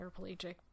paraplegic